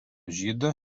žydų